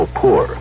poor